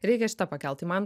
reikia šitą pakelt tai man